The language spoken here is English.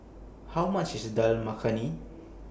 How much IS Dal Makhani